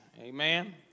Amen